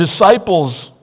disciples